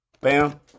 Bam